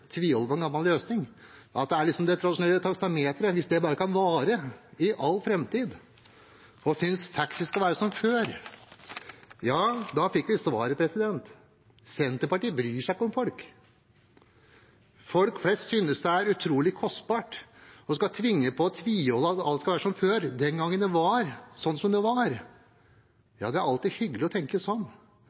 det bare kan vare i all framtid, og de synes taxi skal være som før. Vi fikk svaret: Senterpartiet bryr seg ikke om folk. Folk flest synes det er utrolig kostbart. En skal tviholde på at alt skal være som før, den gangen det var sånn som det var. Det er alltid hyggelig å tenke sånn,